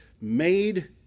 made